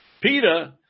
Peter